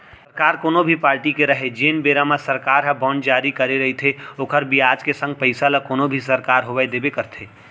सरकार कोनो भी पारटी के रहय जेन बेरा म सरकार ह बांड जारी करे रइथे ओखर बियाज के संग पइसा ल कोनो भी सरकार होवय देबे करथे